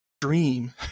dream